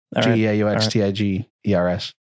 G-E-A-U-X-T-I-G-E-R-S